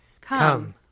Come